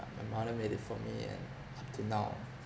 uh my mother made it for me and up till now